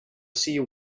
sea